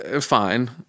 fine